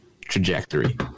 trajectory